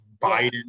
Biden